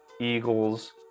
Eagles